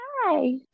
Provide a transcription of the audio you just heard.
Hi